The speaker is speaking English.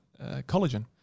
collagen